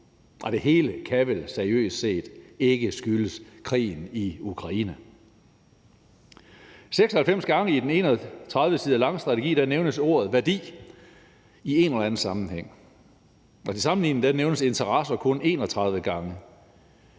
Og det hele kan vel seriøst set ikke skyldes krigen i Ukraine. 96 gange i den 31 sider lange strategi nævnes ordet værdi i en eller anden sammenhæng. Til sammenligning nævnes ordet interesser kun 31 gange.